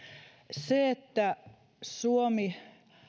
se että suomi